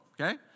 Okay